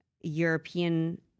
European